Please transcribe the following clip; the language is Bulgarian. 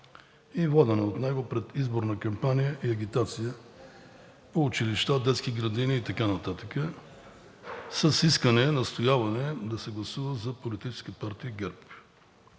и водена от него предизборна кампания и агитация по училища, детски градини и така нататък с искане, настояване да се гласува за Политическа партия ГЕРБ.